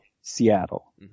Seattle